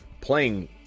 playing